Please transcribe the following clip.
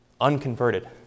unconverted